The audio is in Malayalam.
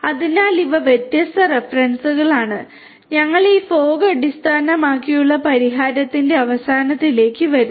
അതിനാൽ ഇവ വ്യത്യസ്ത റഫറൻസുകളാണ് ഞങ്ങൾ ഈ മൂടൽമഞ്ഞ് അടിസ്ഥാനമാക്കിയുള്ള പരിഹാരത്തിന്റെ അവസാനത്തിലേക്ക് വരുന്നു